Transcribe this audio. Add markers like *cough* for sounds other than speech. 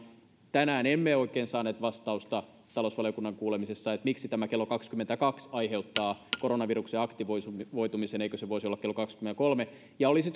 tänään emme oikein saaneet vastausta talousvaliokunnan kuulemisessa että miksi tämä kello kaksikymmentäkaksi aiheuttaa koronaviruksen aktivoitumisen eikö se voisi olla kello kaksikymmentäkolme ja olisi *unintelligible*